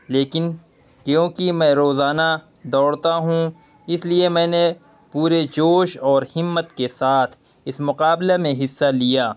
لیکن کیونکہ میں روزانہ دوڑتا ہوں اس لیے میں نے پورے جوش اور ہمت کے ساتھ اس مقابلے میں حصہ لیا